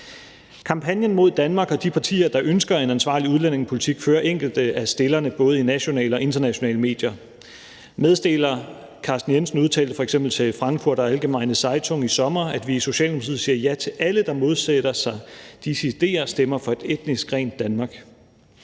Kampagnen mod Danmark og de partier, der ønsker en ansvarlig udlændingepolitik, fører enkelte af stillerne både i nationale og internationale medier. Medstiller Carsten Jensen udtalte f.eks. til Frankfurt Allgemeine Zeitung i sommer, at vi i Socialdemokratiet siger ja til alle, der modsætter sig disse idéer, og stemmer for et etnisk rent Danmark.